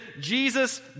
Jesus